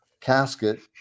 casket